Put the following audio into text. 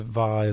var